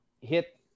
hit